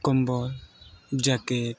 ᱠᱚᱢᱵᱚᱞ ᱡᱟᱠᱮᱴ